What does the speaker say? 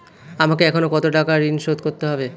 আমাকে এখনো কত টাকা ঋণ শোধ করতে হবে?